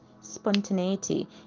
Spontaneity